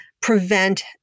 prevent